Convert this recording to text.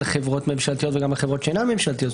חברות ממשלתיות וגם על חברות שאינן ממשלתיות.